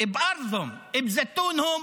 (אומר בערבית: באדמה שלהם, עם הזיתים שלהם)